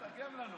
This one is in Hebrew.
תתרגם לנו.